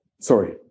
sorry